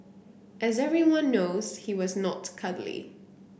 as everyone knows he was not cuddly